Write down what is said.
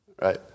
right